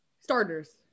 starters